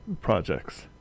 projects